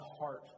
heart